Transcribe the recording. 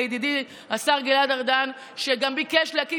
לידידי השר גלעד ארדן שגם ביקש להקים